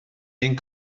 ein